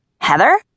Heather